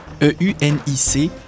EUNIC